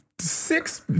six